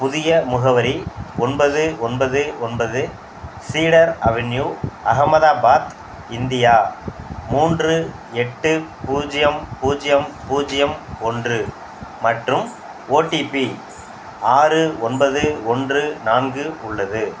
புதிய முகவரி ஒன்பது ஒன்பது ஒன்பது சீடர் அவென்யூ அஹமதாபாத் இந்தியா மூன்று எட்டு பூஜ்யம் பூஜ்யம் பூஜ்யம் ஒன்று மற்றும் ஓடிபி ஆறு ஒன்பது ஒன்று நான்கு உள்ளது